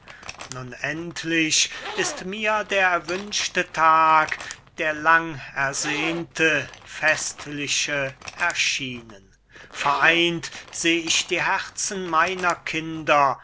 nun endlich ist mir der erwünschte tag der langersehnte festliche erschienen vereint seh ich die herzen meiner kinder